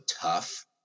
tough